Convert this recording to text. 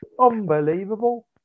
unbelievable